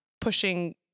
pushing